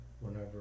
whenever